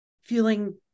feeling